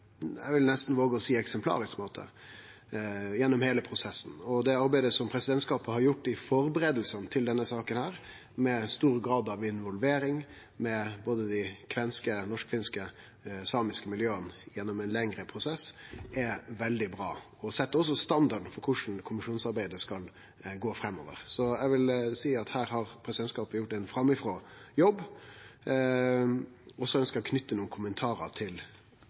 eg vil nesten våge å seie eksemplarisk måte – gjennom heile prosessen. Arbeidet presidentskapet har gjort i førebuingane til saka, med stor grad av involvering av dei kvenske, norsk-finske og samiske miljøa gjennom ein lengre prosess, er veldig bra og set standarden for korleis kommisjonsarbeidet skal gå framover. Eg vil seie at her har presidentskapet gjort ein framifrå jobb. Eg ønskjer å knyte nokre kommentarar til